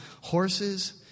horses